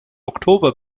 oktober